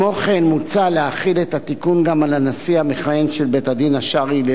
מוצע להחיל את התיקון גם על הנשיא המכהן של בית-הדין השרעי לערעורים,